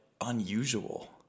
unusual